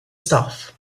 staff